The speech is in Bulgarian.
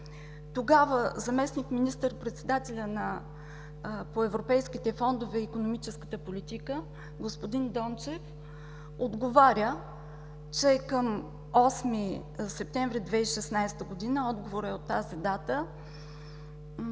тогава заместник министър-председателят по Европейските фондове и икономическата политика господин Дончев отговаря, че към 8 септември 2016 г. – отговорът е от тази дата,